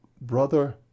Brother